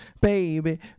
baby